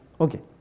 okay